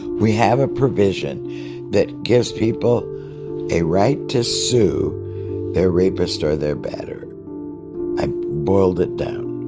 we have a provision that gives people a right to sue their rapist or their batterer i boiled it down